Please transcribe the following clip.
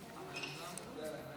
שלוש דקות לרשותך.